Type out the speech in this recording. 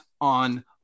on